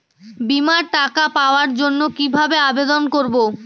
বিমার টাকা পাওয়ার জন্য কিভাবে আবেদন করব?